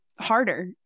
harder